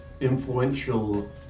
influential